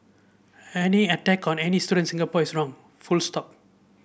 any attack on any student in Singapore is wrong full stop